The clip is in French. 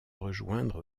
rejoindre